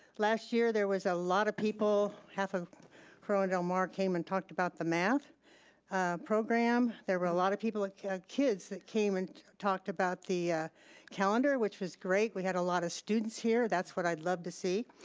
last year there was a lot of people, half of corona del mar came and talked about the math program. there were a lot of people, kind of kids that came and talked about the calendar which was great. we had a lot of students here. that's what i love to see,